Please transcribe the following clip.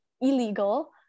illegal